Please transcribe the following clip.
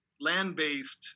land-based